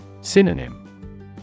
Synonym